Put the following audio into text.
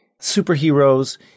superheroes